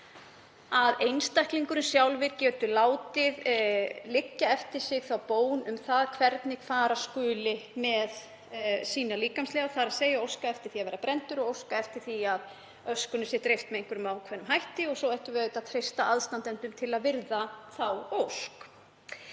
að einstaklingurinn sjálfur geti látið liggja eftir sig bón um það hvernig fara skuli með líkamsleifarnar, þ.e. óskað eftir því að vera brenndur og óskað eftir því að öskunni sé dreift með ákveðnum hætti og svo ættum við auðvitað að treysta aðstandendum til að virða þá ósk.